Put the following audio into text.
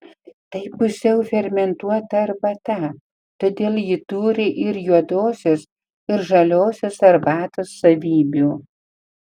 tai pusiau fermentuota arbata todėl ji turi ir juodosios ir žaliosios arbatos savybių